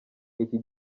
iki